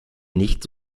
nicht